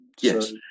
Yes